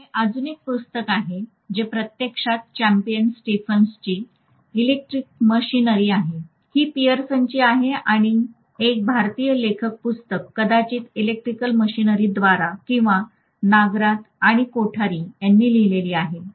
हे अजून एक पुस्तक आहे जे प्रत्यक्षात चैपमन स्टीफन्सची इलेक्ट्रिक मशीनरी आहे ही पिअरसनची आहे आणि आणखी एक भारतीय लेखक पुस्तक कदाचित इलेक्ट्रिक मशीनरी द्वारा किंवा नगराथ आणि कोठारी यांनी लिहिली आहे